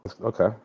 Okay